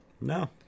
no